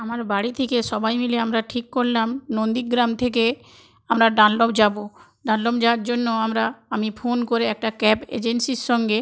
আমার বাড়ি থিকে সবাই মিলে আমরা ঠিক করলাম নন্দীগ্রাম থেকে আমরা ডানলপ যাবো ডানলপ যাওয়ার জন্য আমরা আমি ফোন করে একটা ক্যাব এজেন্সির সঙ্গে